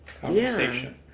conversation